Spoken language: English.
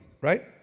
right